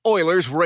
Oilers